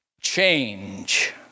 change